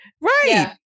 Right